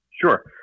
Sure